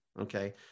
okay